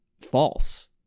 false